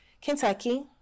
Kentucky